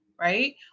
Right